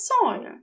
soil